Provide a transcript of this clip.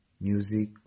music